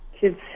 kids